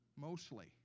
Mostly